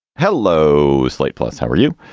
hello. slate plus. how are you?